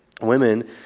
women